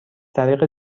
طریق